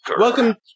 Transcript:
Welcome